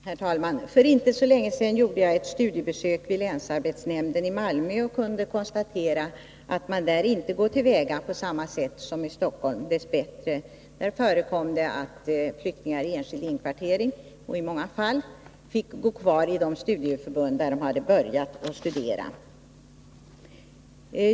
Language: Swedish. Herr talman! För inte så länge sedan gjorde jag ett studiebesök vid länsarbetsnämnden i Malmö. Jag kunde då konstatera att man där, dess bättre, inte går till väga på samma sätt som i Stockholm. I Malmö förekom det att flyktingar i enskild inkvartering i många fall fick gå kvar i undervisningen vid de studieförbund där de hade börjat studera.